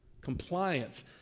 Compliance